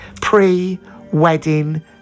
pre-wedding